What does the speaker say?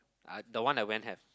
I the one I went have